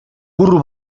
burro